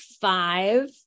five